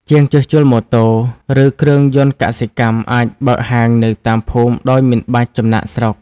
ជាងជួសជុលម៉ូតូ ឬគ្រឿងយន្តកសិកម្ម អាចបើកហាងនៅតាមភូមិដោយមិនបាច់ចំណាកស្រុក។